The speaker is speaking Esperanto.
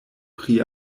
pri